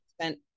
spent